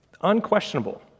Unquestionable